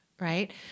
right